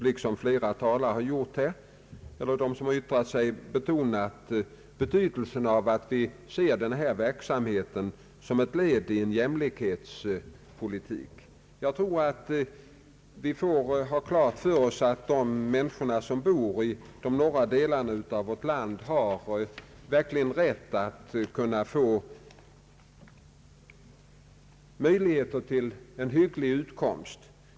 Liksom flera talare här vill jag också betona betydelsen av att vi ser denna verksamhet som ett led i en jämlikhetspolitik. Vi får ha klart för oss att de människor som bor i de norra delarna av vårt land verkligen har rätt att få möjligheter till en hygglig utkomst.